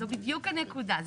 זו בדיוק הנקודה.